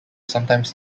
sometimes